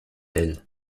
elle